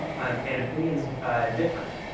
um and opinions differ.